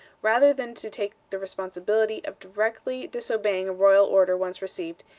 rather than to take the responsibility of directly disobeying a royal order once received,